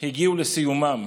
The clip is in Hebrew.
הגיעו לסיומן,